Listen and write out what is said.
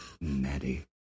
Maddie